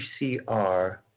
PCR